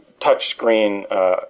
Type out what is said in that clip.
touchscreen